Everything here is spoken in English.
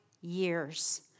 years